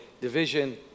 division